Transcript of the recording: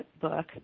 book